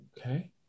Okay